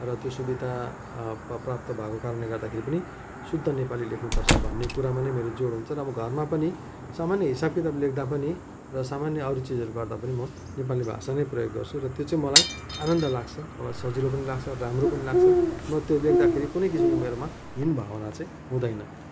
र त्यो सुविधा प प्राप्त भएको कारणले गर्दाखेरि पनि शुद्ध नेपाली लेख्नुपर्छ भन्ने कुरामा नै मेरो जोड हुन्छ र म घरमा पनि सामान्य हिसाब किताब लेख्दा पनि र सामान्य अरू चिजहरू गर्दा पनि म नेपाली भाषा नै प्रयोग गर्छु र त्यो चाहिँ मलाई आनन्द लाग्छ मलाई सजिलो पनि लाग्छ राम्रो पनि लाग्छ म त्यो लेख्दाखेरि कुनै किसिमको मेरोमा हीन भावना चाहिँ हुँदैन